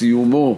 בסיומו,